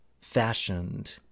fashioned